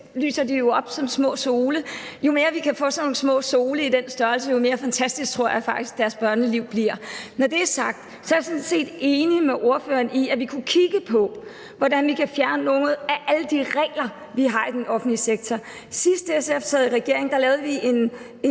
lyser de jo op som små sole. Jo mere vi kan få dem til at lyse op som små sole i den størrelse, jo mere fantastisk tror jeg faktisk deres børneliv bliver. Når det er sagt, er jeg sådan set enig med ordføreren i, at vi kunne kigge på, hvordan vi kunne fjerne nogle af alle de regler, vi har i den offentlige sektor. Sidst SF sad i regering, lavede vi en